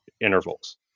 intervals